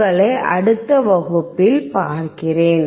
உங்களை அடுத்த வகுப்பில் பார்க்கிறேன்